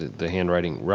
the handwriting,